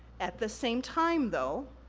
at the same time, though,